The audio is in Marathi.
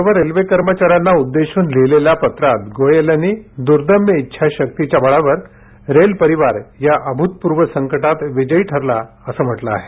सर्व रेल्वे कर्मचाऱ्यांना उद्देशून लिहिलेल्या पत्रात गोयल यांनी दुर्दम्य इच्छाशक्तीच्या बळावर रेल परिवार या अभूतपूर्व संकटात विजयी ठरला असल्याचं म्हटलं आहे